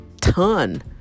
ton